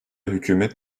hükümet